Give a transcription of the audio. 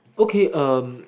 okay um